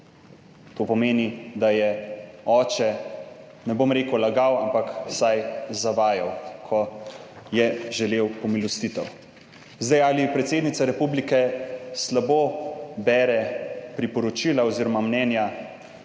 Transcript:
To pomeni, da je oče, ne bom rekel lagal, ampak vsaj zavajal, ko je želel pomilostitev. Zdaj, ali predsednica Republike slabo bere priporočila oziroma mnenja